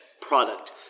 product